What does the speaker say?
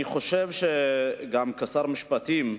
גם כשר המשפטים,